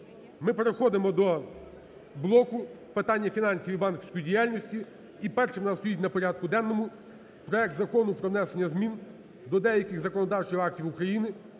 Ми переходимо до блоку питань фінансів і банківської діяльності. І першим в нас стоїть на порядку денному проект Закону про внесення змін до деяких законодавчих актів України